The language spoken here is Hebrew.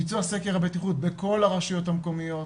ביצוע סקר בטיחות בכל הרשויות המקומיות,